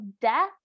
death